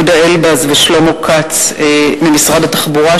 יהודה אלבז ושלמה כץ ממשרד התחבורה,